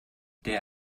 der